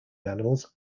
animals